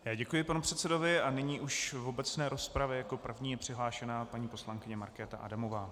Já děkuji panu předsedovi a nyní už v obecné rozpravě jako první je přihlášena paní poslankyně Markéta Adamová.